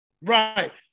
right